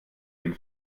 dem